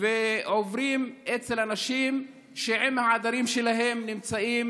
ועוברים אצל אנשים שהעדרים שלהם נמצאים